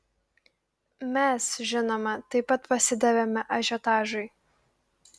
mes žinoma taip pat pasidavėme ažiotažui